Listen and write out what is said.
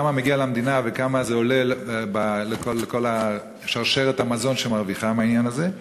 כמה מגיע למדינה וכמה זה עולה לכל שרשרת המזון שמרוויחה מהעניין הזה?